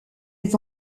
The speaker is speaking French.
les